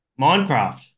Minecraft